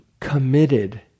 committed